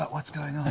but what's going ah